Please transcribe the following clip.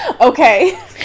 Okay